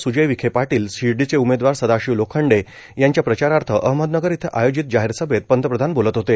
स्जय विखे पाटील शिर्डीचे उमेदवार सदाशिव लोखंडे यांच्या प्रचारार्थ अहमदनगर इथं आयोजित जाहीर सभेत पंतप्रधान बोलत होते